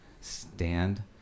stand